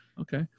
Okay